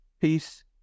Peace